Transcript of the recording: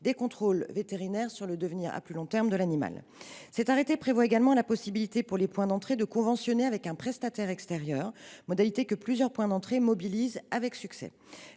des contrôles vétérinaires sur le devenir à long terme de l’animal. Cet arrêté prévoit également la possibilité pour les points d’entrée de conventionner avec un prestataire, modalité que plusieurs points d’entrée mobilisent avec succès.